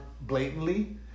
blatantly